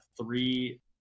three